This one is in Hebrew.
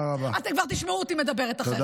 אתם כבר תשמעו אותי מדברת אחרת.